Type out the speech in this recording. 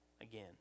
again